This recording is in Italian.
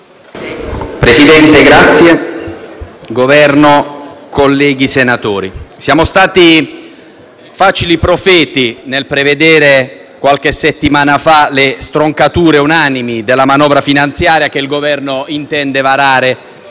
Presidente, membri del Governo, colleghi senatori, siamo stati facili profeti nel prevedere qualche settimana fa le stroncature unanimi della manovra finanziaria che il Governo intende varare